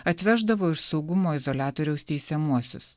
atveždavo iš saugumo izoliatoriaus teisiamuosius